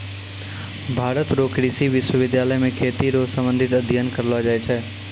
भारत रो कृषि विश्वबिद्यालय मे खेती रो संबंधित अध्ययन करलो जाय छै